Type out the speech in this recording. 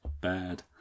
bad